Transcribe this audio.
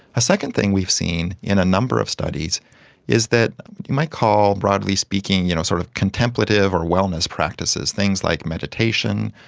a second thing we've seen in a number of studies is that you might call, broadly speaking, you know sort of contemplative or wellness practices, things like meditation,